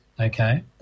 Okay